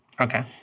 Okay